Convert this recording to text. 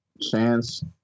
chance